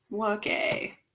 Okay